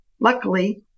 Luckily